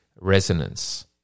resonance